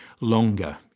longer